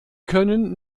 können